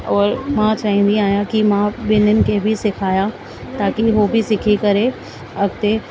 और मां चाहींदी आहियां कि मां ॿिन्हिनि खे बि सिखाया ताकी उहो बि सिखी करे अॻिते